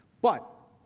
but,